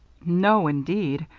no, indeed.